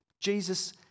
Jesus